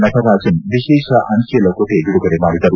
ನಟರಾಜನ್ ವಿಶೇಷ ಅಂಚೆ ಲಕೋಟೆ ಬಿಡುಗಡೆ ಮಾಡಿದರು